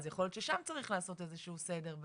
יכול להיות ששם צריך לעשות איזה שהוא סדר.